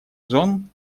зон